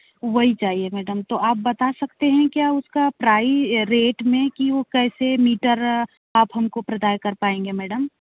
वही चाहिए मैडम तो आप बता सकते हैं क्या उसका रेट में कि वो कैसे मीटर आप हमको प्रदान कर पाएंगे मैडम